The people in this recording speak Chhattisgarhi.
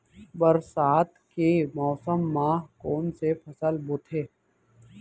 बरसात के मौसम मा कोन से फसल बोथे?